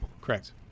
Correct